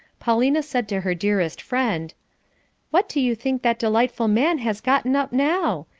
paulina said to her dearest friend what do you think that delightful man has gotten up now?